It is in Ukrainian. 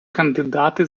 кандидати